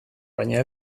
baina